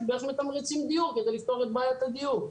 באיך מתמרצים דיור כדי לפתור את בעיית הדיור.